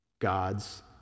God's